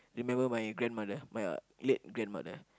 remember my grandmother my late grandmother